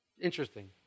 Interesting